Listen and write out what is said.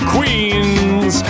Queens